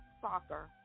soccer